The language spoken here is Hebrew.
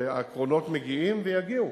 והקרונות מגיעים ויגיעו.